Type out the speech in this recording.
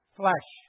flesh